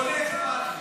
דובוני אכפת לי.